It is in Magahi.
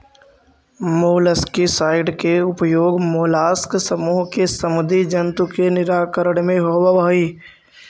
मोलस्कीसाइड के उपयोग मोलास्क समूह के समुदी जन्तु के निराकरण में होवऽ हई